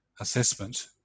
assessment